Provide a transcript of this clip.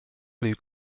blue